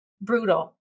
brutal